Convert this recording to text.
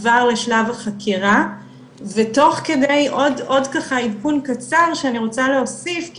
כבר לשלב החקירה ותוך כדי עוד ככה עדכון קצר שאני רוצה להוסיף,